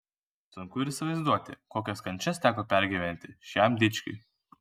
sunku ir įsivaizduoti kokias kančias teko pergyventi šiam dičkiui